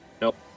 Nope